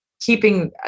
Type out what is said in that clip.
keeping